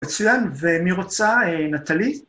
מצוין. אה... ומי רוצה? אה... נטלי?